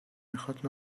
میخواد